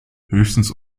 höchstens